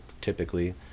typically